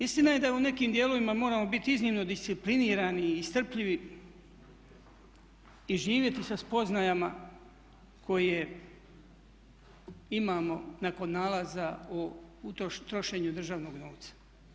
Istina je da u nekim dijelovima moramo biti iznimno disciplinirani i strpljivi i živjeti sa spoznajama koje imamo nakon nalaza o trošenju državnog novca.